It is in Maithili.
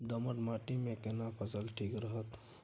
दोमट माटी मे केना फसल ठीक रहत?